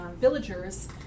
villagers